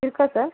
இருக்கா சார்